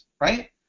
right